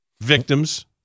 Victims